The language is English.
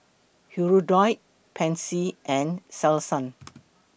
Hirudoid Pansy and Selsun